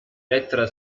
lettera